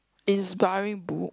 inspiring book